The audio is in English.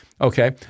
okay